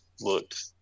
looked